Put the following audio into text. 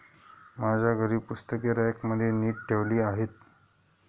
माझ्या घरी पुस्तके रॅकमध्ये नीट ठेवली आहेत